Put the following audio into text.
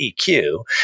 EQ